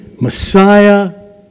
Messiah